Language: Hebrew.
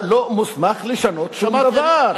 הוא לא מוסמך לשנות שום דבר.